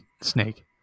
snake